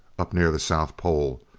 up near the south pole,